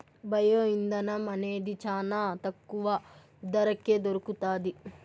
bio ఇంధనం అనేది చానా తక్కువ ధరకే దొరుకుతాది